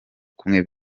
kumwe